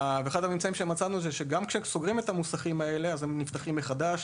מצאנו שגם כשסוגרים את המוסכים האלה הם נפתחים מחדש.